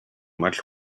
much